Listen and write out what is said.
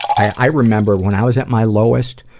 i remember, when i was at my lowest,